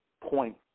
point